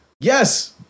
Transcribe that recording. Yes